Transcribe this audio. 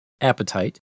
appetite